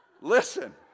Listen